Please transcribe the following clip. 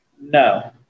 No